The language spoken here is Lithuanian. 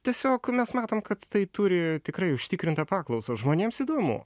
tiesiog mes matom kad tai turi tikrai užtikrintą paklausą žmonėms įdomu